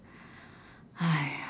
!haiya!